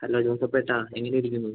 hello ജോസപ്പേട്ടാ എങ്ങനെ ഇരിക്കുന്നു